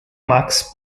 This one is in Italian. max